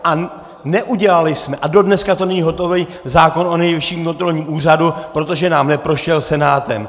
A neudělali jsme, a dodnes to není hotové, zákon o Nejvyšším kontrolním úřadu, protože nám neprošel Senátem.